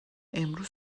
امروز